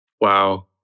Wow